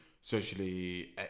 socially